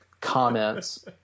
comments